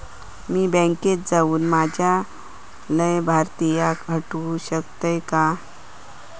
मी बँकेत जाऊन माझ्या लाभारतीयांका हटवू शकतय काय?